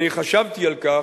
חשבתי על כך,